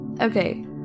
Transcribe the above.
Okay